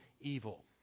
evil